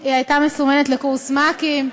היא הייתה מסומנת לקורס מ"כים.